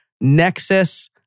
Nexus